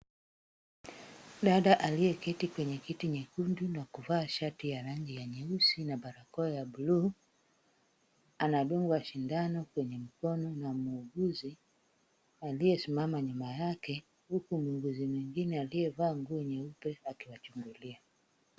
Dada aliyeketi kwenye kiti nyekundu na kuvaa shati ya rangi ya nyeusi na barakoa ya bluu, anadungwa sindano kwenye mkono na muuguzi, aliyesimama nyuma yake, huku muuguzi mwingine aliyevaa nguo nyeupe akiwachungulia.